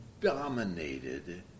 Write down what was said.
dominated